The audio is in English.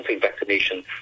vaccination